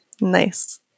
nice